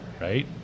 right